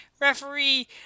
Referee